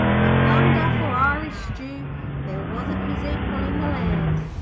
for plum duff or irish stoo there wasn't his equal in the land.